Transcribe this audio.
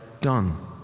done